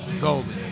Golden